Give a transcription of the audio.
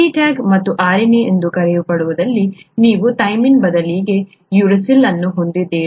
CTAG ಮತ್ತು RNA ಎಂದು ಕರೆಯಲ್ಪಡುವಲ್ಲಿ ನೀವು ಥೈಮಿನ್ ಬದಲಿಗೆ ಯುರಾಸಿಲ್ ಅನ್ನು ಹೊಂದಿದ್ದೀರಿ